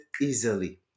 easily